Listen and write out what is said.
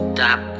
Stop